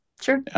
Sure